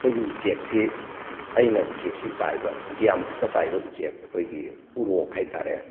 ꯑꯩꯈꯣꯏꯒꯤ ꯎꯆꯦꯛꯁꯤ ꯑꯩꯅ ꯎꯆꯦꯛꯁꯤ ꯄꯥꯏꯕ ꯑꯇꯤꯌꯥ ꯃꯊꯛꯇ ꯄꯥꯏꯕ ꯎꯆꯦꯛ ꯑꯩꯈꯣꯏꯒꯤ ꯎꯔꯣꯛ ꯍꯥꯏ ꯇꯥꯔꯦ